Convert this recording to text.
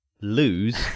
lose